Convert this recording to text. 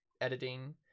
editing